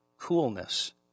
coolness